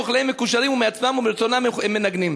וכליהם מקושרים ומעצמם ומרצונם הם מנגנים.